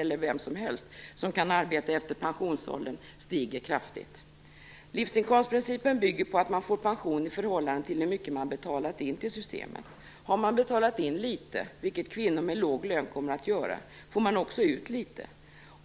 eller vem som helst som kan arbeta efter pensionsåldern stiger kraftigt. Livsinkomstprincipen bygger på att man får pension i förhållande till hur mycket man betalat in till systemet. Har man betalat in litet, vilket kvinnor med låg lön kommer att göra, får man också ut litet.